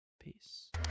Peace